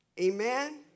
Amen